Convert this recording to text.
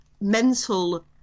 mental